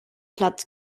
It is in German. platz